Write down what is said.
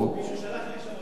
מישהו שלח לי עכשיו הודעה